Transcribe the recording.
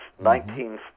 nineteen